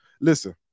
Listen